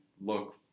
look